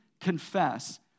confess